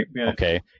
okay